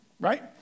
Right